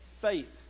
Faith